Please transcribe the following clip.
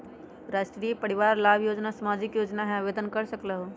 राष्ट्रीय परिवार लाभ योजना सामाजिक योजना है आवेदन कर सकलहु?